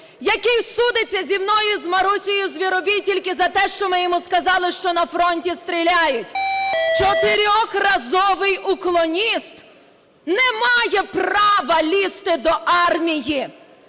який судиться зі мною і з Марусею Звіробій тільки за те, що ми йому сказали, що на фронті стріляють. Чотирьохразовий уклоніст не має права лізти до армії!